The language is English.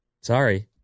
Sorry